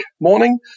morning